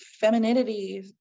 femininity